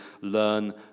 learn